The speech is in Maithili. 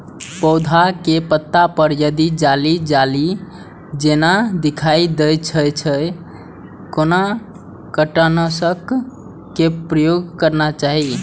पोधा के पत्ता पर यदि जाली जाली जेना दिखाई दै छै छै कोन कीटनाशक के प्रयोग करना चाही?